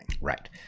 right